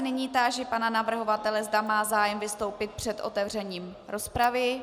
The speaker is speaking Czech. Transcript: Nyní se tážu pana navrhovatele, zda má zájem vystoupit před otevřením rozpravy.